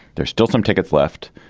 there's still some tickets left.